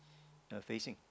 are facing